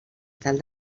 tal